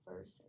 first